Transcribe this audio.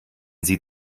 sie